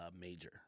major